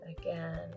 again